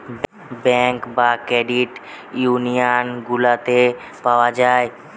bank বা credit union গুলাতে পাওয়া যায়